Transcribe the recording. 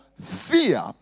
fear